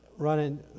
running